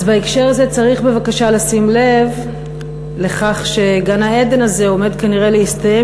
אז בהקשר הזה צריך בבקשה לשים לב לכך שגן-העדן הזה עומד כנראה להסתיים